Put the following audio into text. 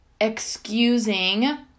excusing